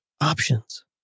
options